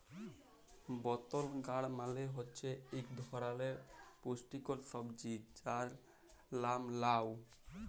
বতল গাড় মালে হছে ইক ধারালের পুস্টিকর সবজি যার লাম লাউ